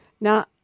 Now